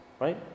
right